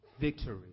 victory